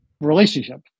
relationship